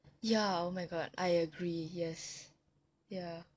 ya oh my god I agree yes ya